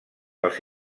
dels